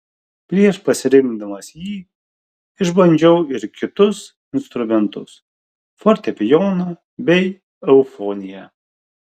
prieš pasirinkdamas jį išbandžiau ir kitus instrumentus fortepijoną bei eufoniją